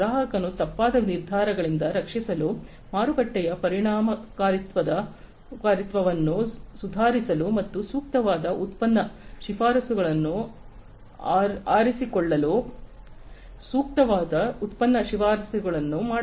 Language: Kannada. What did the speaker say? ಗ್ರಾಹಕನು ತಪ್ಪಾದ ನಿರ್ಧಾರಗಳಿಂದ ರಕ್ಷಿಸಲು ಮಾರುಕಟ್ಟೆಯ ಪರಿಣಾಮಕಾರಿತ್ವವನ್ನು ಸುಧಾರಿಸಲು ಮತ್ತು ಸೂಕ್ತವಾದ ಉತ್ಪನ್ನ ಶಿಫಾರಸುಗಳನ್ನು ಆರಿಸಿಕೊಳ್ಳಲು ಸೂಕ್ತವಾದ ಉತ್ಪನ್ನ ಶಿಫಾರಸುಗಳನ್ನು ಮಾಡಲು